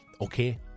Okay